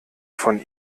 von